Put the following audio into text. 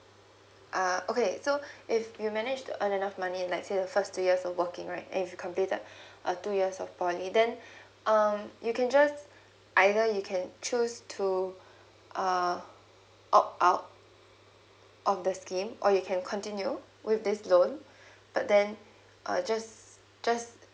ah okay so if you manage to earn enough money like say the first two years of working right if you completed uh two years of poly then um you can just either you can choose to uh opt out of the scheme or you can continue with this loan but then uh just just